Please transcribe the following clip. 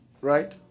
Right